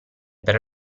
per